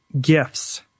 gifts